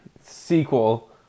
Sequel